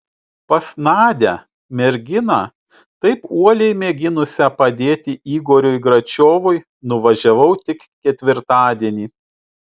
pas nadią merginą taip uoliai mėginusią padėti igoriui gračiovui nuvažiavau tik ketvirtadienį